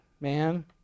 man